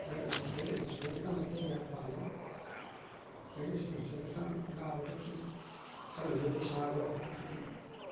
health ꯏꯟꯁꯨꯔꯦꯟꯁꯅ ꯃꯇꯦꯡ ꯌꯥꯝꯅ ꯄꯥꯡꯏ ꯍꯦꯜꯠ ꯏꯟꯁꯨꯔꯦꯟꯁꯅ ꯑꯅꯥꯕꯗꯨꯒꯤ ꯆꯪꯒꯤꯕ ꯄꯩꯁꯥꯗꯣ ꯃꯗꯨꯒꯤ